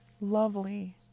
lovely